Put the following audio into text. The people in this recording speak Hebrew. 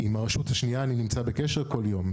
עם הרשות השנייה אני נמצא בקשר כל יום.